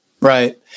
Right